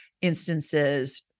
instances